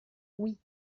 oui